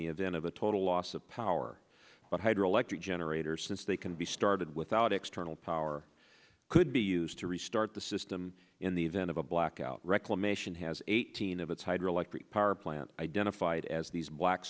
the event of a total loss of power but hydroelectric generators since they can be started without external power could be used to restart the system in the event of a blackout reclamation has eighteen of its hydroelectric power plant identified as these black